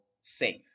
safe